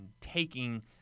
taking